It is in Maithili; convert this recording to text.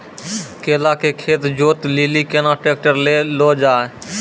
केला के खेत जोत लिली केना ट्रैक्टर ले लो जा?